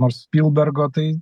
nors spilbergo tai